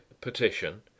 petition